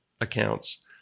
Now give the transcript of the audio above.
accounts